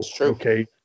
okay